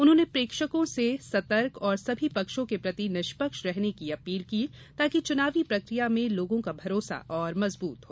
उन्होंने प्रेक्षकों से सतर्क और सभी पक्षों के प्रति निष्पक्ष रहने की अपील की ताकि चुनावी प्रक्रिया में लोगों का भरोसा और मजबूत हो